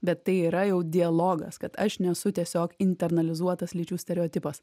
bet tai yra jau dialogas kad aš nesu tiesiog internalizuotas lyčių stereotipas